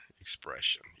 expression